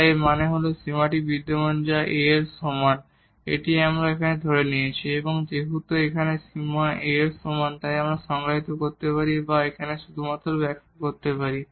তাই এর মানে হল এই সীমাটি বিদ্যমান যা A এর সমান এটি আমরা ধরে নিয়েছি এবং এখন যেহেতু এই সীমা A এর সমান আমরা সংজ্ঞায়িত করতে পারি বা এখানে আপনাকে শুধু ব্যাখ্যা করতে পারি